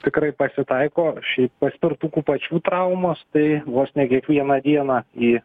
tikrai pasitaiko šiaip paspirtukų pačių traumos tai vos ne kiekvieną dieną į